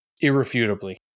irrefutably